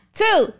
two